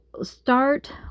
start